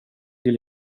till